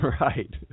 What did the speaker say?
right